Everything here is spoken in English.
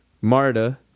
Marta